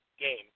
game